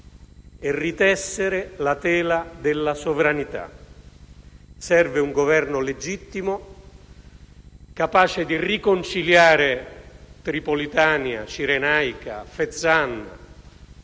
e ritessere la tela della sovranità. Serve un Governo legittimo, capace di riconciliare Tripolitania, Cirenaica, Fezzan